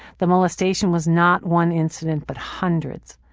the molestation was not one incident but hundreds.